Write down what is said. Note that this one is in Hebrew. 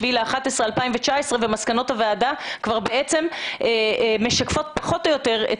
בנובמבר 2019 וכבר אז בעצם המסקנות משקפות פחות או יותר את